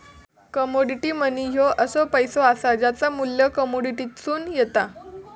commodity money ह्यो असो पैसो असा ज्याचा मू्ल्य कमोडिटीतसून येता